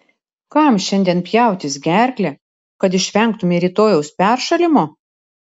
kam šiandien pjautis gerklę kad išvengtumei rytojaus peršalimo